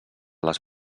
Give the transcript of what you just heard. les